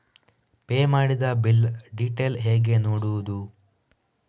Pay ಮಾಡಿದ bill detail ಹೇಗೆ ನೋಡುವುದು?